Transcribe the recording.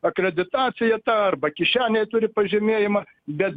akreditacija ta arba kišenėj turi pažymėjimą bet